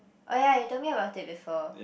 oh ya you told me about it before